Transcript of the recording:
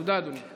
תודה, אדוני.